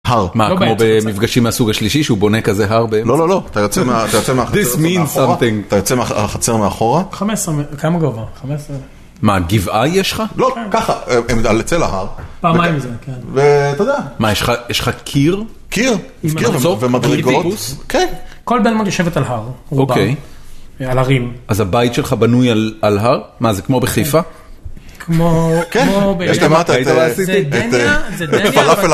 הר! מה, כמו במפגשים מהסוג השלישי שהוא בונה כזה הר באמצע? לא, לא, לא. אתה יוצא מהחצר מאחורה. This means something. אתה יוצא מהחצר מאחורה. חמש עשרה... כמה גובה? חמש עשרה... מה, גבעה יש לך? לא, ככה. על אצל ההר. פעמיים מזה, כן. ואתה יודע. מה, יש לך קיר? קיר. קיר ומדרגות. כן. כל בלמוד יושבת על הר. אוקיי. על הרים. אז הבית שלך בנוי על הר? מה, זה כמו בחיפה? כמו... כן. זה דניה, זה דניה